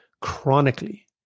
Chronically